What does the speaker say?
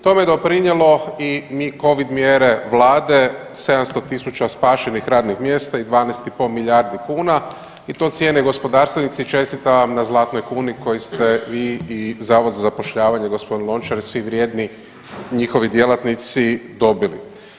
Tome je doprinjelo i covid mjere vlade 700.000 spašenih radnih mjesta i 12,5 milijardi kuna i to cijene gospodarstvenici i čestitam vam na Zlatnoj kuni koju ste vi i Zavod za zapošljavanje, g. Lončar i svi vrijedni njihovi djelatnici dobili.